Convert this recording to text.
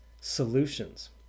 solutions